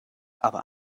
aber